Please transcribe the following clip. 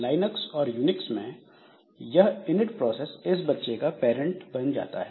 Linux और Unix में यह इनिट प्रोसेस इस बच्चे का पैरेंट बन जाता है